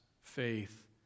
faith